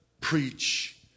preach